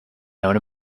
known